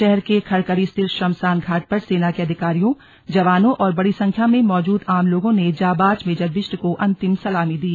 शहर के खड़खड़ी स्थित श्मशान घाट पर सेना के अधिकारियों जवानों और बड़ी संख्या में मौजूद आम लोगों ने जाबांज मेजर बिष्ट को अन्तिम सलामी दी